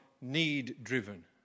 need-driven